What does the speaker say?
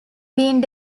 being